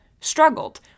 struggled